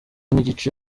n’igice